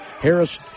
Harris